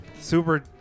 super